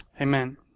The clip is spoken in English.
Amen